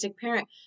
parent